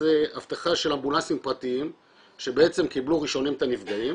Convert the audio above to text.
זה אבטחה של אמבולנסים פרטיים שבעצם קיבלו ראשונים את הנפגעים